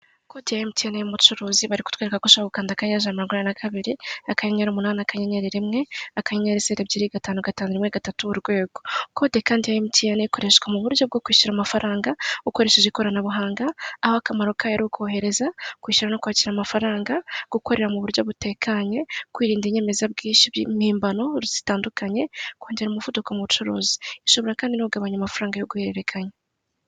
Kode ya Emutiyeni y'umucuruzi bari kutwereka ko ushobora gukanda akanyenyeri ijana na mirongo inani na kabiri akanyenyeri umunani akanyenyeri rimwe akenyenyeri zeru ebyiri gatanu gatanu rimwe gatatu urwego. Kode kandi ya Emutiyeni ikoreshwa mu buryo bwo kwishyura amafaranga ukoresheje ikoranabuhanga aho akamaro kayo ari ukohereza, kwishyura no kwakira amafaranga, gukorera mu buryo butekanye, kwirinda inyemezabwishyu mpimbano zitandukanye, kongera umuvuduko mu bucuruzi. Ishobora kandi no kugabanya amafaranga yo guhererakanya.